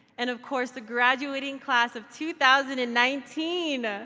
and of course the graduating class of two thousand and nineteen.